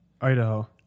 Idaho